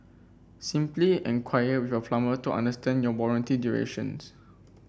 simply enquire with your plumber to understand your warranty duration